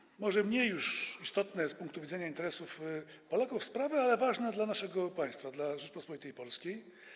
Wreszcie może mniej już istotna z punktu widzenia interesów Polaków sprawa, ale ważna dla naszego państwa, dla Rzeczypospolitej Polskiej.